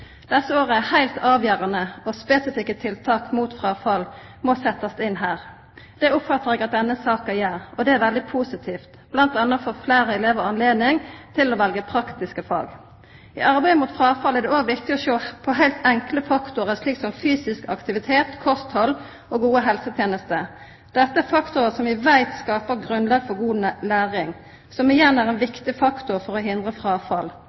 Desse åra er heilt avgjerande, og spesifikke tiltak mot fråfall må setjast inn her. Det oppfattar eg at denne saka gjer, og det er veldig positivt. Blant anna får fleire elevar anledning til å velja praktiske fag. I arbeidet mot fråfall er det òg viktig å sjå på heilt enkle faktorar, slike som fysisk aktivitet, kosthald og gode helsetenester. Dette er faktorar som vi veit skapar grunnlag for god læring, som igjen er ein viktig faktor for å hindra fråfall.